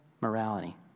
morality